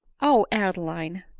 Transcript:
o adeline!